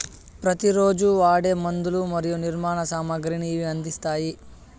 ప్రతి రోజు వాడే మందులు మరియు నిర్మాణ సామాగ్రిని ఇవి అందిస్తాయి